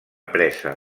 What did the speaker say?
presa